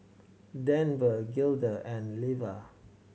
Denver Gilda and Leva